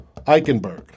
Eichenberg